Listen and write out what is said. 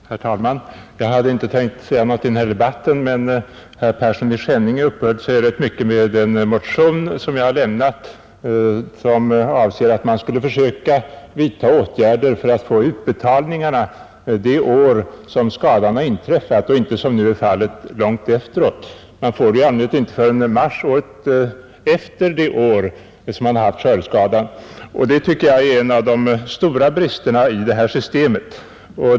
Herr talman! Jag hade inte tänkt säga någonting i den här debatten, men herr Persson i Skänninge uppehöll sig rätt mycket vid en motion som jag har väckt och som avser att man skulle försöka vidta åtgärder för att få utbetalningarna gjorda det år då skadan har inträffat och inte, som nu är fallet, långt efteråt. I allmänhet får man nu inte pengarna förrän i mars året efter det då man haft skördeskada, och det tycker jag är en av de stora bristerna i det här systemet.